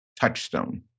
touchstone